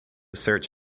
search